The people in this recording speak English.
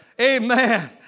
Amen